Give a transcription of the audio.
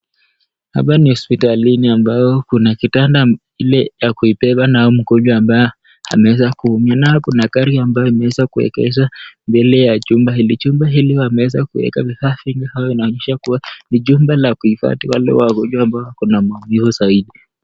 Hapa ni hospitalini ambapo kuna kitanda Ile ya kubeba nao wagonjwa ambao ameweza kuumia mayo kuna gari pia ambayo imeweza kuegezwa mbele ya jumba hili. Jumba hili wameweza kueka bidhaa vingi ai inaonyesha kuwa ni jumba la kuhifadhi wale wagonjwa ambao wako na maumivu zaidi.